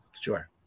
Sure